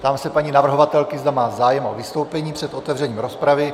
Ptám se paní navrhovatelky, zda má zájem o vystoupení před otevřením rozpravy.